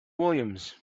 williams